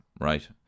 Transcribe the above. Right